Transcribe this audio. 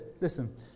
listen